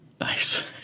Nice